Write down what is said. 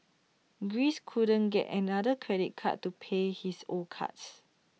Greece couldn't get another credit card to pay his old cards